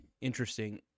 interesting